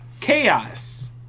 Chaos